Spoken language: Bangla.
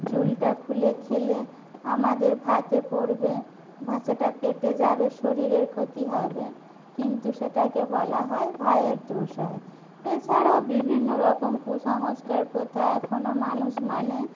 চুলটা খুলে খেলে আমাদের ভাতে পড়বে বা সেটা পেটে যাবে শরীরের ক্ষতি হবে কিন্তু সেটাকে বলা হয় ভাইয়ের দোষ হয় এছাড়াও বিভিন্ন রকম কুসংস্কার প্রথা এখনও মানুষ মানে